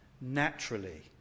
naturally